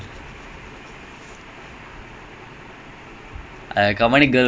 ஏன்:yaen dey why our because